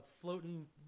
floating